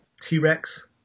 t-rex